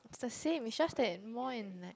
the same is just that more in like